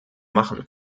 machen